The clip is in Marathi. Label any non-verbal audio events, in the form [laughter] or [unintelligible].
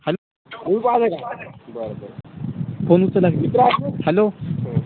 hello [unintelligible] hello